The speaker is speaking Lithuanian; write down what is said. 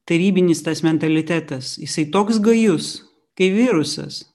tarybinis tas mentalitetas jisai toks gajus kai virusas